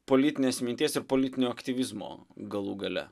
politinės minties ir politinio aktyvizmo galų gale